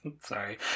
Sorry